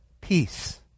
peace